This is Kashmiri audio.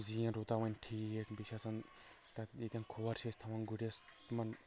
زیٖن روٗدا وۄنۍ ٹھیٖک بیٚیہِ چھِ آسان تتھ ییٚتٮ۪ن کھۄر چھِ تھوان گُرِس تِمن